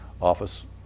office